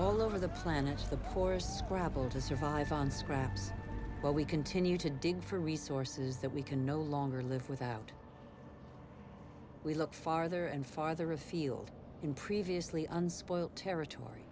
all over the planet the poorest scrabble to survive on scraps but we continue to dig for resources that we can no longer live without we look farther and farther afield in previously unspoiled territory